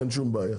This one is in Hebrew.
אין שום בעיה.